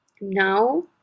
now